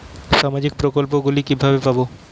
সামাজিক প্রকল্প গুলি কিভাবে পাব?